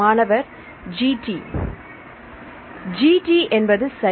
மாணவர் GT GT என்பது சரி